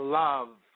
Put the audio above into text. love